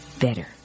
better